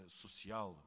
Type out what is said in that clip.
social